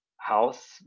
house